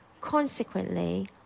Consequently